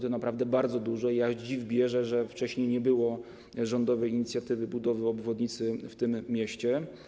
To naprawdę bardzo dużo i aż dziw bierze, że wcześniej nie było rządowej inicjatywy budowy obwodnicy tego miasta.